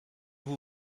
vous